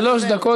שלוש דקות,